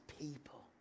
people